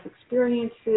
experiences